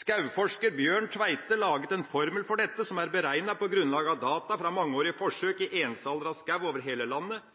Skogforsker Bjørn Tveite har laget en formel for dette, som er beregnet på grunnlag av data fra mangeårige forsøk i ensaldret skog over hele landet.